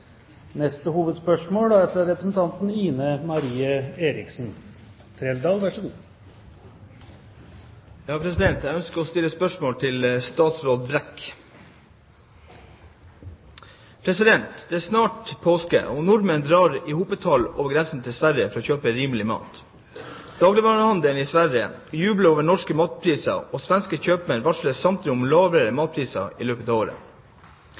snart påske, og nordmenn drar i hopetall over grensen til Sverige for å kjøpe rimelig mat. Dagligvarehandelen i Sverige jubler over norske matpriser, og samtlige svenske kjøpmenn varsler om lavere matpriser i løpet av året.